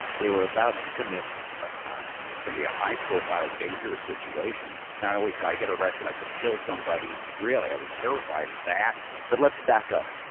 they were about to commit a crime it's going to be a high profile, dangerous situation. not only could i get arrested, i could kill somebody. really, i was terrified of that but, let's back up.